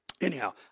Anyhow